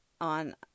on